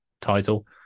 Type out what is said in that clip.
title